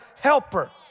helper